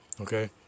Okay